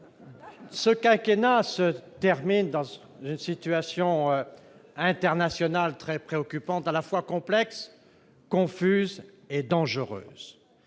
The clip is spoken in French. Ce quinquennat s'achève dans une situation internationale très préoccupante, à la fois complexe, confuse et dangereuse